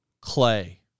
clay